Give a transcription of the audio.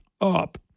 up